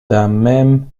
frisson